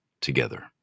together